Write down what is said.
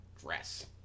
dress